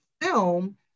film